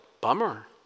bummer